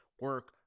Work